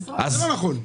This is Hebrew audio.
זה לא נכון.